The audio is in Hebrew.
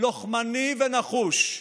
לוחמני ונחוש,